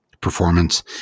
performance